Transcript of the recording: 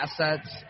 assets